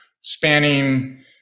spanning